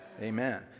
amen